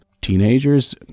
Teenagers